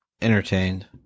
entertained